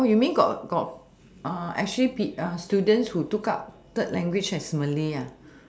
oh you mean got got uh actually pe~ students who took up third language as malay ah